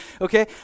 Okay